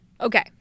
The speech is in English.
Okay